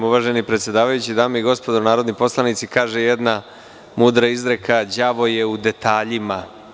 Uvaženi predsedavajući, dame i gospodo narodni poslanici, kaže jedna mudra izreka: „Đavo je u detaljima“